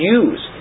use